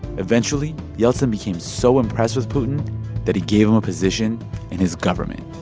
eventually, yeltsin became so impressed with putin that he gave him a position in his government